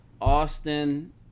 Austin –